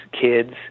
kids